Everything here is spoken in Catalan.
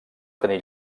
tenir